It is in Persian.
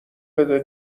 بده